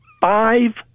five